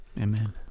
Amen